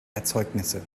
erzeugnisse